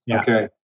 Okay